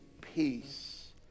peace